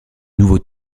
nouveau